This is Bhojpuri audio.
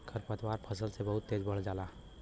खरपतवार फसल से बहुत तेज बढ़ जाला